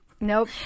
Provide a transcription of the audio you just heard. Nope